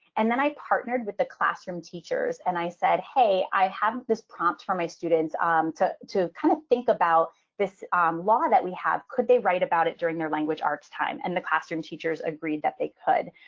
and then i partnered with the classroom teachers and i said, hey, i have this prompt for my students um to to kind of think about this law that we have. could they write about it during their language arts time in and the classroom? teachers agreed that they could.